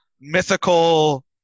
mythical